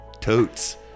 Totes